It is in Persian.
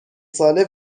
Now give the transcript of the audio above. ساله